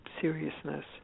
seriousness